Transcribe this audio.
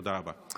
תודה רבה.